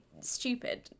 stupid